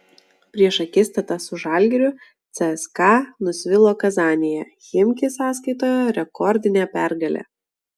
prieš akistatą su žalgiriu cska nusvilo kazanėje chimki sąskaitoje rekordinė pergalė